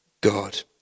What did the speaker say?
God